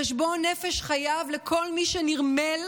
חשבון נפש חייב להיות לכל מי שנרמל